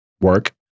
work